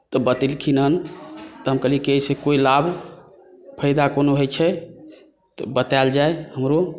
तऽ बतेलखिन हँ तऽ हम कहलियै कि एहिसे कोइ लाभ फायदा कोनो होइ छै तऽ बतायल जाय हमरो